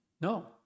No